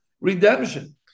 redemption